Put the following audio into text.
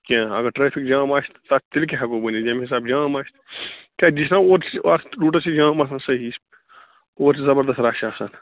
کیٚنٛہہ اگر traffic jam آسہِ تہٕ تَتھ تیٚلہِ کیٛاہ ہٮ۪کو ؤنِتھ ییٚمہِ حِساب جام آسہِ کیٛازِ یہِ چھُنا اورٕ اَتھ روٗٹس چھِ جام آسان صحیح اورٕ چھُ زبردس رش آسان